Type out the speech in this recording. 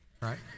right